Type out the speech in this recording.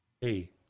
hey